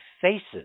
faces